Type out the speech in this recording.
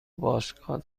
باشگاه